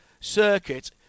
circuit